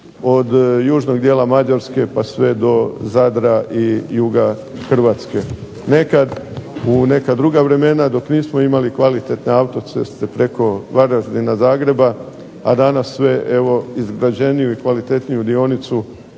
od južnog dijela Mađarske pa sve do Zadra i juga Hrvatske. Nekad u neka druga vremena dok nismo imali kvalitetne autoceste preko Varaždina, Zagreba, a danas sve evo izgrađeniju i kvalitetniju dionicu